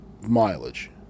mileage